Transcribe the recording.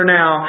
now